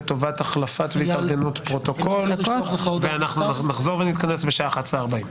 13:00 נצא להפסקת צהריים ואז נחדש ב-13:30.